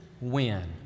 win